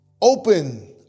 open